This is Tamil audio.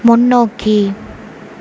முன்னோக்கி